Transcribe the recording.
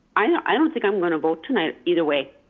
i don't think i'm gonna vote tonight either way.